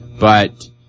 But-